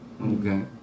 Okay